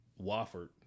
Wofford